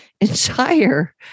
entire